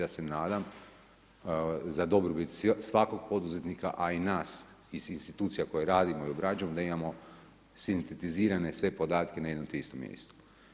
Ja se nadam za dobrobit svakog poduzetnika, a i nas iz institucija koje radimo i obrađujemo da imamo sintetizirane sve podatke na jednom te istom mjestu.